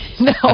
No